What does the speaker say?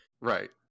Right